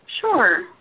Sure